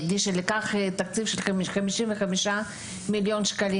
היא הקדישה לכך תקציב של 55 מיליון שקלים,